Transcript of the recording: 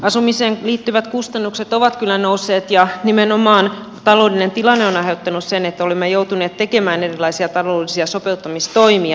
asumiseen liittyvät kustannukset ovat kyllä nousseet ja nimenomaan taloudellinen tilanne on aiheuttanut sen että olemme joutuneet tekemään erilaisia taloudellisia sopeuttamistoimia